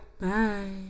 Bye